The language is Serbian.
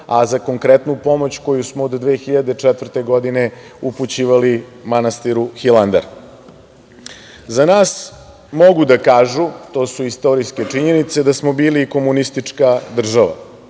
a za konkretnu pomoć koju smo od 2004. godine upućivali manastiru Hilandar.Za nas mogu da kaže, to su istorijske činjenice, da smo bili komunistička država,